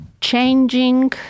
changing